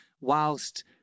whilst